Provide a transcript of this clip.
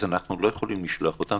אז אנחנו לא יכולים לשלוח אותם,